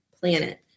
planet